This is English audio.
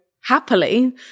happily